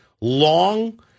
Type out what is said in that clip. long